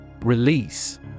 Release